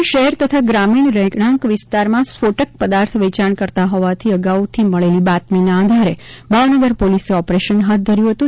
ભાવનગર શહેર તથા ગ્રામીણ રહેણાંક વિસ્તારમાં સ્ફોટક પદાર્થ વેચાણ કરતાં હોવાથી અગાઉથી મળેલી બાતમીના આધારે ભાવનગર પોલીસે ઓપરેશન હાથ ધર્યું હતું